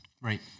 Right